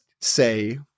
say